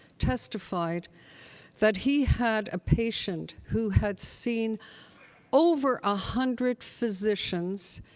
testified that he had a patient who had seen over a hundred physicians.